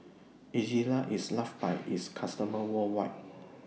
Ezerra IS loved By its customers worldwide